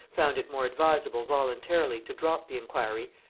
found it more advisable voluntarily to drop the inquiry,